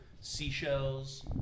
seashells